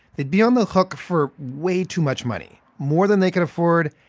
they'd be on the hook for way too much money, more than they could afford,